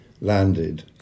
Landed